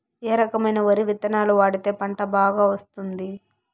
ఏ రకమైన వరి విత్తనాలు వాడితే పంట బాగా వస్తుంది?